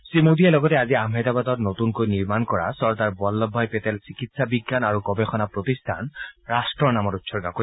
শ্ৰীমোদীয়ে লগতে আজি আহমেদাবাদত নতুনকৈ নিৰ্মাণ কৰা চৰ্দাৰ বল্লভভাই পেটেল চিকিৎসা বিজ্ঞান আৰু গৱেষণা প্ৰতিষ্ঠান ৰাষ্টৰ নামত উৎসৰ্গা কৰিব